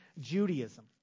Judaism